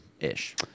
ish